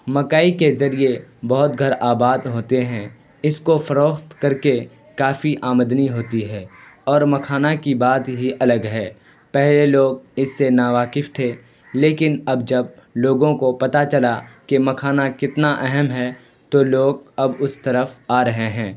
مکئی کے ذریعے بہت گھر آباد ہوتے ہیں اس کو فروخت کر کے کافی آمدنی ہوتی ہے اور مکھانا کی بات ہی الگ ہے پہلے لوگ اس سے ناواقف تھے لیکن اب جب لوگوں کو پتہ چلا کہ مکھانا کتنا اہم ہے تو لوگ اب اس طرف آ رہے ہیں